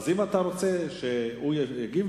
אז אם אתה רוצה שהוא יגיב,